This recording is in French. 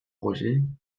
projets